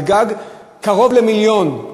על גג, קרוב למיליון,